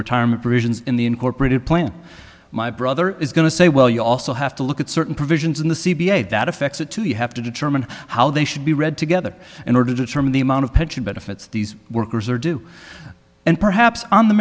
retirement provisions in the incorporated plan my brother is going to say well you also have to look at certain provisions in the c b s that affects the two you have to determine how they should be read together in order to determine the amount of pension benefits these workers are due and perhaps on the